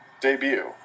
Debut